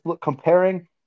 comparing